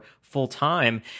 full-time